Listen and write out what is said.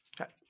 Okay